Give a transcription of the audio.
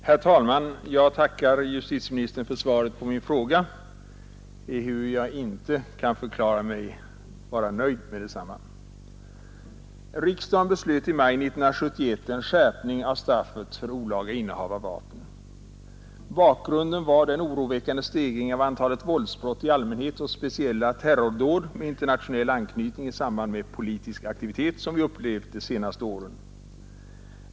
Herr talman! Jag tackar justitieministern för svaret på min fråga, ehuru jag inte kan förklara mig nöjd med detsamma. Riksdagen beslöt i maj 1971 en skärpning av straffet för olaga innehav av vapen. Bakgrunden var den oroväckande stegring av antalet våldsbrott i allmänhet och speciellt terrordåd med internationell anknytning i samband med politisk aktivitet som vi upplevt de senaste åren.